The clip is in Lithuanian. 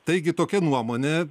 taigi tokia nuomonė